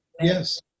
Yes